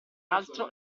altro